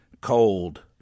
cold